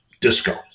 disco